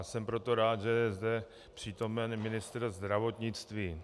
Jsem proto rád, že je zde přítomen ministr zdravotnictví.